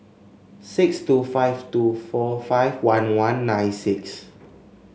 six two five two four five one one nine six